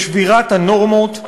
בשבירת הנורמות,